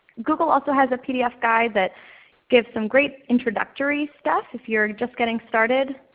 google also has a pdf guide that gives some great introductory stuff if you're just getting started.